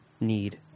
need